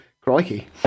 Crikey